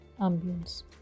ambience